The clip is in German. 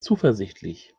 zuversichtlich